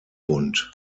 bund